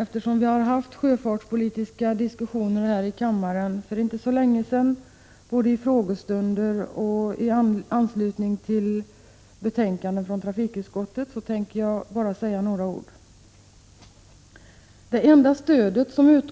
Eftersom vi tidigare haft sjöfartspolitiska diskussioner i denna kammare, både vid frågestunder och i anslutning till betänkanden från trafikutskottet, tänker jag bara säga några ord om sjötransporterna. Det enda stöd som finns